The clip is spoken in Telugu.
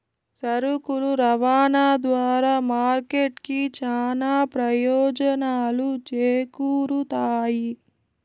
సరుకుల రవాణా ద్వారా మార్కెట్ కి చానా ప్రయోజనాలు చేకూరుతాయి